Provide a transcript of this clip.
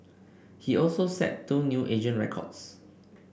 he also set two new agent records